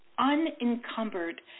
Unencumbered